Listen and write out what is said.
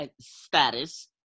status